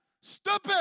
stupid